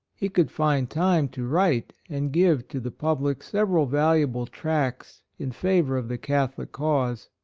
he could find time to write and give to the public several valuable tracts in favor of the catholic cause.